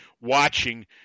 watching